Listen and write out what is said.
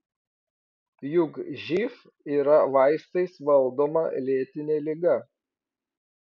juk živ yra vaistais valdoma lėtinė liga